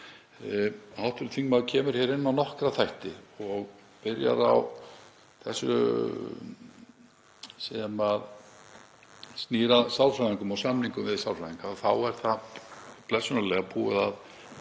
Hv. þingmaður kemur hér inn á nokkra þætti og byrjar á því sem snýr að sálfræðingum og samningum við sálfræðinga. Það er blessunarlega búið að